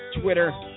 Twitter